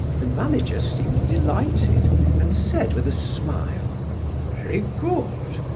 the manager seemed delighted and said with a smile very good.